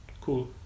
cool